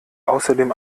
außerdem